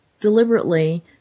deliberately